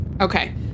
okay